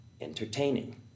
entertaining